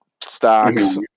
stocks